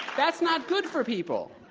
that's not good for people.